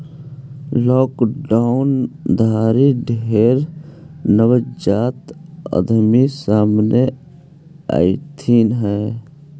lockdown घरी ढेर नवजात उद्यमी सामने अएलथिन हे